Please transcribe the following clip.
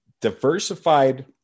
diversified